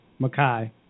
Makai